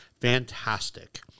fantastic